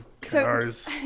cars